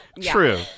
true